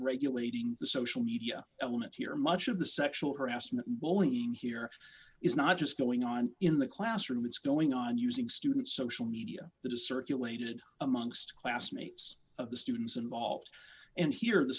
regulating the social media element here much of the sexual harassment and bullying here is not just going on in the classroom it's going on using student social media that is circulated amongst classmates of the students involved and here the